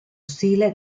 stile